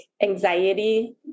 anxiety